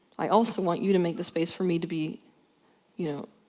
i also want you to make the space for me to be you know,